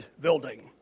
building